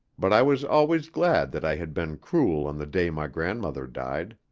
but i was always glad that i had been cruel on the day my grandmother died.